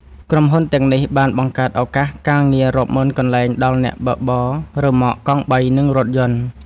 ក្រុមហ៊ុនទាំងនេះបានបង្កើតឱកាសការងាររាប់ម៉ឺនកន្លែងដល់អ្នកបើកបររ៉ឺម៉កកង់បី និងរថយន្ត។